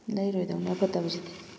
ꯂꯩꯔꯣꯏꯗꯧꯅꯤ ꯑꯐꯠꯇꯕꯁꯤꯗꯤ